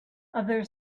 other